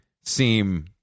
seem